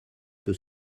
peut